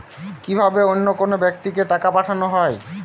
কি ভাবে অন্য কোনো ব্যাক্তিকে টাকা পাঠানো হয়?